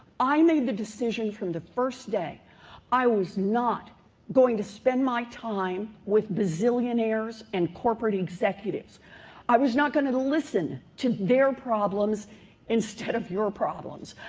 i made the decisions from the first day i was not going to spend my time with bazillionnaires and corporate executives i was not going to to listen to their problems instead of your problems.